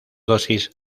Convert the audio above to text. dosis